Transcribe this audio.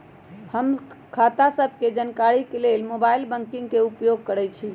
हम खता सभके जानकारी के लेल मोबाइल बैंकिंग के उपयोग करइछी